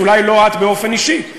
אולי לא את באופן אישי,